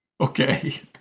Okay